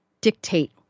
dictate